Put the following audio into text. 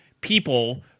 people